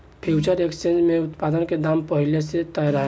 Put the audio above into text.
future exchange में उत्पाद के दाम पहिल से तय रहेला